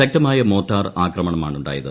ശക്തമായ മോർട്ടാർ ആക്രമണമാണുണ്ടായത്